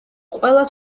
ყველა